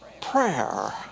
prayer